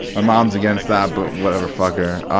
my mom's against that, but whatever. fuck her.